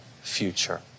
future